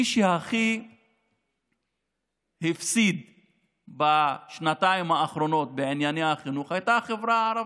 מי שהכי הפסיד בשנתיים האחרונות בענייני החינוך היה החברה הערבית,